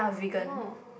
oh